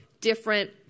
different